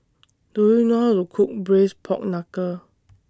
Do YOU know How to Cook Braised Pork Knuckle